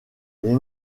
les